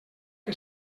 que